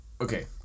okay